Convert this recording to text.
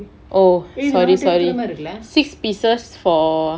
oh sorry sorry six pieces for